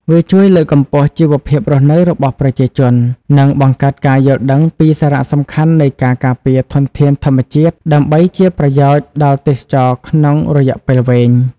វាជួយលើកកម្ពស់ជីវភាពរស់នៅរបស់ប្រជាជន និងបង្កើតការយល់ដឹងពីសារៈសំខាន់នៃការការពារធនធានធម្មជាតិដើម្បីជាប្រយោជន៍ដល់ទេសចរណ៍ក្នុងរយៈពេលវែង។